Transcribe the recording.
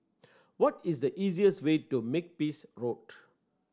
what is the easiest way to Makepeace Road